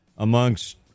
amongst